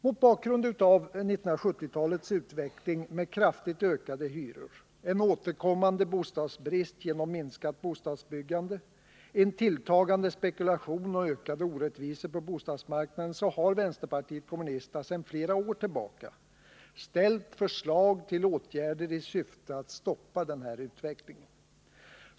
Mot bakgrund av 1970-talets utveckling med kraftigt ökade hyror, en återkommande bostadsbrist genom minskat bostadsbyggande, en tilltagande spekulation och ökade orättvisor på bostadsmarknaden, har vänsterpartiet kommunisterna sedan flera år tillbaka ställt förslag till åtgärder i syfte att stoppa denna utveckling.